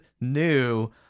new